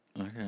Okay